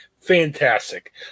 Fantastic